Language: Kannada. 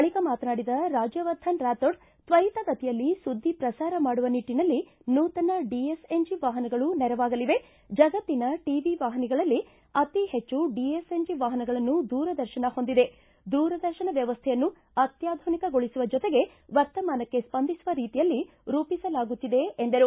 ಬಳಿಕ ಮಾತನಾಡಿದ ರಾಜ್ಜವರ್ಧನ್ ರಾಥೋಡ್ ತ್ವರಿತ ಗತಿಯಲ್ಲಿ ಸುದ್ದಿ ಪ್ರಸಾರ ಮಾಡುವ ನಿಟ್ಟನಲ್ಲಿ ನೂತನ ಡಿಎಸ್ಎನ್ಜಿ ವಾಹನಗಳು ನೆರವಾಗಲಿವೆ ಜಗತ್ತಿನ ಟಿವಿ ವಾಹಿನಿಗಳಲ್ಲಿ ಅತೀ ಹೆಚ್ಚು ಡಿಎಸ್ಎನ್ಜಿ ವಾಹನಗಳನ್ನು ದೂರದರ್ಶನ ಹೊಂದಿದೆ ದೂರದರ್ಶನ ವ್ಯವಸ್ಥೆಯನ್ನು ಅತ್ಯಾಧುನಿಕಗೊಳಿಸುವ ಜೊತೆಗೆ ವರ್ತಮಾನಕ್ಕೆ ಸ್ವಂದಿಸುವ ರೀತಿಯಲ್ಲಿ ರೂಪಿಸಲಾಗುತ್ತಿದೆ ಎಂದರು